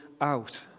out